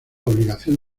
obligación